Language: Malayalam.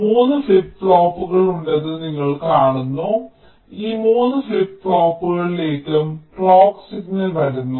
3 ഫ്ലിപ്പ് ഫ്ലോപ്പുകൾ ഉണ്ടെന്ന് നിങ്ങൾ കാണുന്നു ഈ 3 ഫ്ലിപ്പ് പോപ്പുകളിലേക്കും ക്ലോക്ക് സിഗ്നൽ വരുന്നു